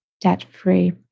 debt-free